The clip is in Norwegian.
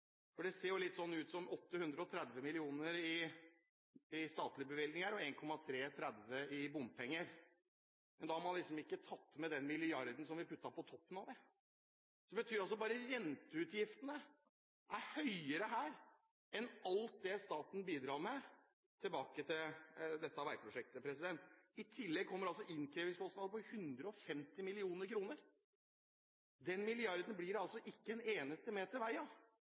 hvordan det ser ut på tabellen i stortingsmeldingen på side 7. Hvis man vil dra ordet spleiselag langt, kan det se ut som et spleiselag. Men det er å dra det veldig langt, for det er jo 830 mill. kr i statlige bevilgninger og 1,33 mrd. kr i bompenger. Men da har man ikke tatt med den milliarden som vi puttet på toppen av det. Det betyr altså at bare renteutgiftene her er høyere enn alt det staten bidrar med tilbake til dette veiprosjektet. I tillegg